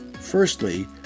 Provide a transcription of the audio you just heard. Firstly